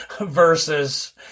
versus